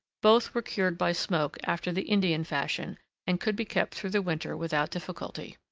both were cured by smoke after the indian fashion and could be kept through the winter without difficulty.